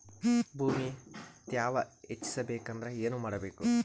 ಭೂಮಿ ತ್ಯಾವ ಹೆಚ್ಚೆಸಬೇಕಂದ್ರ ಏನು ಮಾಡ್ಬೇಕು?